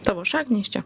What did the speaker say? tavo šaknys čia